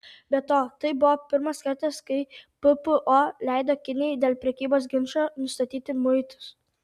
be to tai buvo pirmas kartas kai ppo leido kinijai dėl prekybos ginčo nustatyti muitus